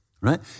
right